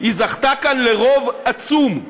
היא זכתה כאן לרוב עצום.